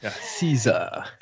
Caesar